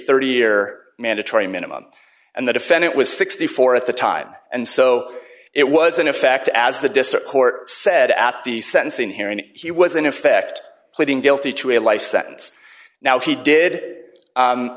thirty year mandatory minimum and the defendant was sixty four at the time and so it was in effect as the district court said at the sentencing hearing he was in effect pleading guilty to a life sentence now he did